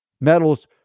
metals